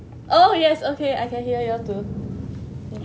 oh yes okay I can hear you all too